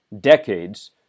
decades